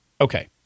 Okay